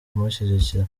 kumushyigikira